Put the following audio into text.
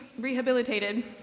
rehabilitated